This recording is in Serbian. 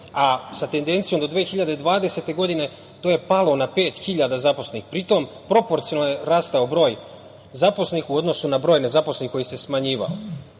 a sa tendencijom do 2020. godine, to je palo na pet hiljada zaposlenih, pri tom, proporcionalno je rastao broj zaposlenih u odnosu na broj nezaposlenih, koji se smenjivao. Pored